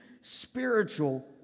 spiritual